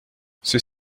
ceux